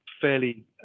fairly